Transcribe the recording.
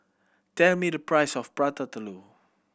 tell me the price of Prata Telur